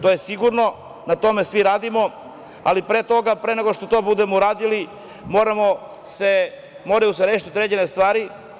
To je sigurno, na tome svi radimo, ali pre toga, pre nego što to budemo uradili, moraju se rešiti određene stvari.